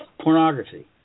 pornography